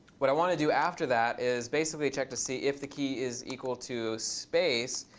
what i want to do after that is basically check to see if the key is equal to space,